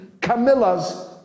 Camilla's